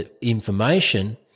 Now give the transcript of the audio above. information